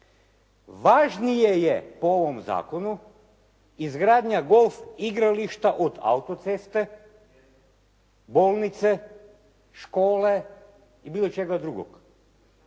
Važnije je po ovom zakonu izgradnja golf igrališta od autoceste, bolnice, škole i bilo čega drugog